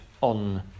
on